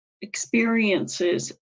experiences